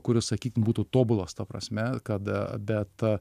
kuris sakykim būtų tobulas ta prasme kada bet